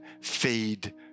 fade